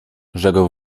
rzekł